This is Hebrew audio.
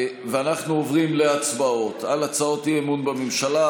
אנחנו עוברים להצבעות על הצעות האי-אמון בממשלה.